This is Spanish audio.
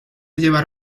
llevar